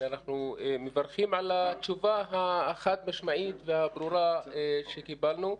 אנחנו מברכים על התשובה החד משמעית והברורה שקיבלנו.